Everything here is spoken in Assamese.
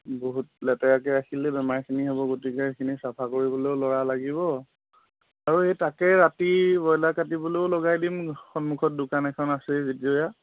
বহুত লেতেৰাকৈ ৰাখিলে বেমাৰখিনি হ'ব গতিকে সেইখিনি চাফা কৰিবলৈও ল'ৰা লাগিব আৰু এই তাকে ৰাতি ব্ৰইলাৰ কাটিবলৈও লগাই দিম সন্মুখত দোকান এখন আছেই যেতিয়া